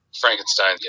Frankenstein